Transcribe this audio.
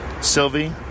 Sylvie